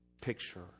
picture